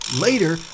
Later